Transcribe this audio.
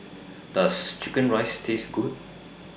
Does Chicken Rice Taste Good